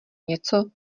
něco